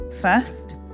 first